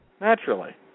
Naturally